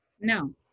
no